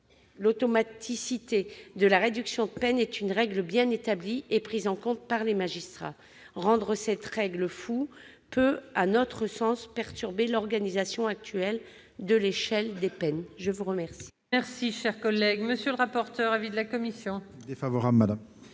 l'automaticité de la réduction de peine est une règle bien établie et prise en compte par les magistrats. Rendre cette règle floue peut, à notre sens, perturber l'organisation actuelle de l'échelle des peines. Quel